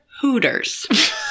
Hooters